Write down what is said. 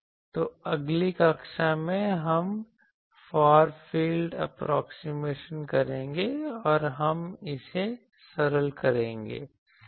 तो अगली कक्षा में हम फार फील्ड एप्रोक्सीमेशन करेंगे और हम इसे सरल करेंगे